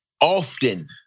often